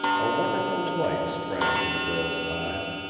a wonderful light sprang to the girl's eyes,